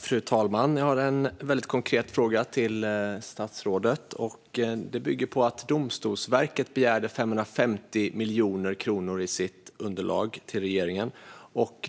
Fru talman! Jag har en konkret fråga till statsrådet. Domstolsverket begärde 550 miljoner kronor i sitt underlag till regeringen.